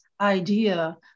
idea